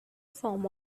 form